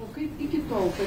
o kaip iki tol kai